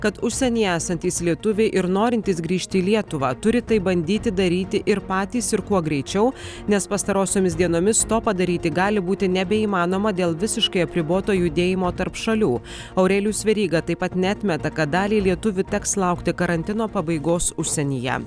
kad užsienyje esantys lietuviai ir norintys grįžti į lietuvą turi tai bandyti daryti ir patys ir kuo greičiau nes pastarosiomis dienomis to padaryti gali būti nebeįmanoma dėl visiškai apriboto judėjimo tarp šalių aurelijus veryga taip pat neatmeta kad daliai lietuvių teks laukti karantino pabaigos užsienyje